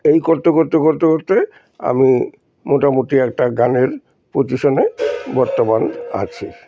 এই করতে করতে করতে করতে আমি মোটামুটি একটা গানের পজিশনে বর্তমান আছি